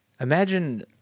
imagine